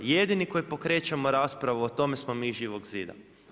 Jedini koji pokrećemo raspravu o tome smo mi iz Živog zida.